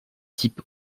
type